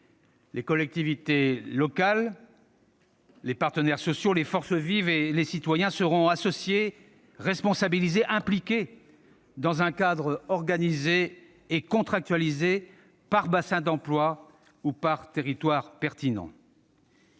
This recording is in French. Les collectivités locales, les partenaires sociaux, les forces vives et les citoyens seront associés, responsabilisés et impliqués, dans un cadre organisé et contractualisé par bassin d'emploi ou par territoire pertinent.